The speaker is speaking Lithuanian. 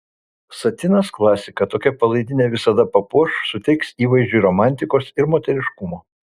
satinas klasika tokia palaidinė visada papuoš suteiks įvaizdžiui romantikos ir moteriškumo